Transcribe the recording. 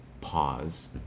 pause